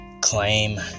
claim